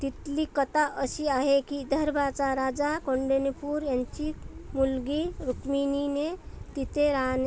तिथली कथा अशी आहे की विदर्भाचा राजा कौंडण्यपूर यांची मुलगी रुक्मिणीने तिथे राहणे